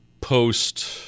post